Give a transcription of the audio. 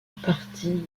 parti